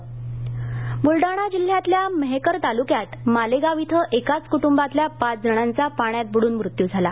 वलडाणा बुलडाणा जिल्ह्यातल्या मेहकर तालुक्यात मालेगाव श्वे एकाच कुटुंबातल्या पाच जणांचा पाण्यात बुडून मृत्यू झाला